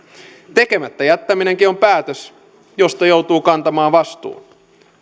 tekemättä jättäminenkin on päätös josta joutuu kantamaan vastuun